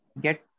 get